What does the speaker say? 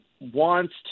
wants